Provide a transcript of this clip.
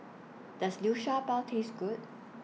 Does Liu Sha Bao Taste Good